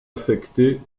affecter